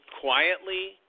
quietly